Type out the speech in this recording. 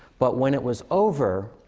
but when it was over,